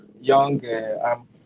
young